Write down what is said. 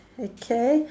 okay